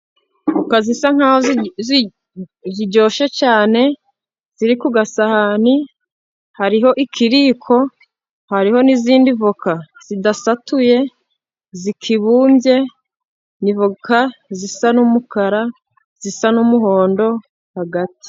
Voka zisa nkaho ziryoshye cyane ziri ku gasahani hariho ikiriko, hariho n'izindi voka zidasatuye zikibumbye. Ni voka zisa n'umukara zisa n'umuhondo hagati.